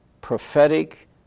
prophetic